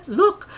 look